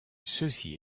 ceci